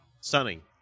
stunning